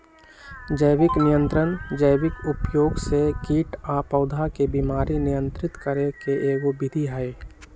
जैविक नियंत्रण जैविक उपयोग से कीट आ पौधा के बीमारी नियंत्रित करे के एगो विधि हई